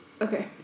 okay